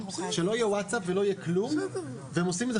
שלא יהיה וואטסאפ ולא יהיה כלום והם עושים את זה,